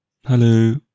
Hello